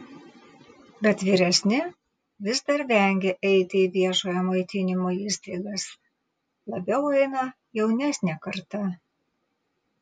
bet vyresni vis dar vengia eiti į viešojo maitinimo įstaigas labiau eina jaunesnė karta